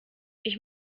ich